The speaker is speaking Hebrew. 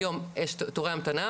אם היום יש תורי המתנה,